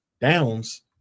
downs